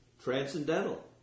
Transcendental